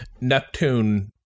neptune